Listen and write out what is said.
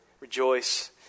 rejoice